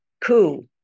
coup